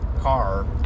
car